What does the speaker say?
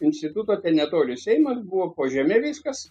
instituto ten netoli seimas buvo po žeme viskas